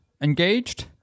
Engaged